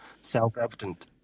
self-evident